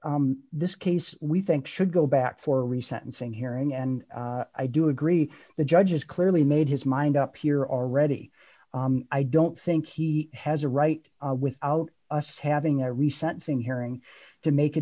this case we think should go back for re sentencing hearing and i do agree the judge has clearly made his mind up here already i don't think he has a right without us having a re sentencing hearing to make a